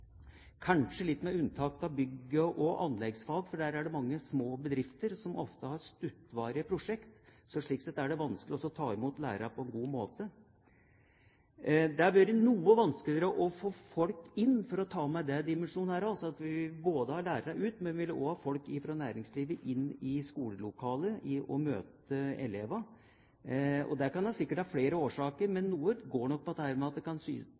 kanskje med unntak av bygg- og anleggsfag, for der er det mange små bedrifter som ofte har kortvarige prosjekt, og slik sett er det vanskelig å ta imot lærerne på en god måte. Det har vært noe vanskeligere å få folk inn – for å ta med den dimensjonen også – vi vil altså ha lærerne ut, men vi vil også ha folk fra næringslivet inn i skolelokalet og møte elevene. Det kan ha flere årsaker, men noe går nok på at det kan være litt skremmende å møte denne ungdomsgjengen. Det kan